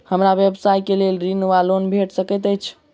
हमरा व्यवसाय कऽ लेल ऋण वा लोन भेट सकैत अछि?